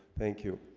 thank you